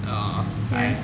orh !aiya!